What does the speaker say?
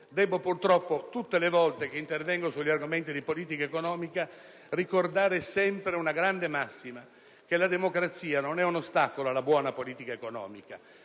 Debbo purtroppo, tutte le volte che intervengo su argomenti di politica economica, ricordare sempre una grande massima: che la democrazia non è un ostacolo alla buona politica economica,